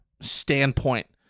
standpoint